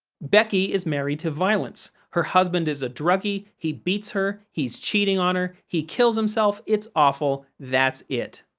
becky is married to violence her husband is a druggie, he beats her, he's cheating on her, he kills himself, it's awful, that's it.